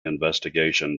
investigation